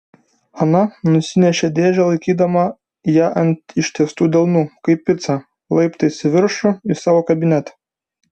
ana nusinešė dėžę laikydama ją ant ištiestų delnų kaip picą laiptais į viršų į savo kabinetą